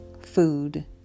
food